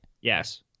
Yes